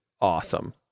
awesome